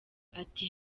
ati